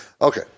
okay